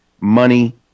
money